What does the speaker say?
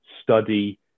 study